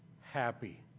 happy